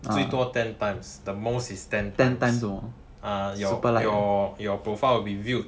最多 ten times the most is ten times ah your your profile will be viewed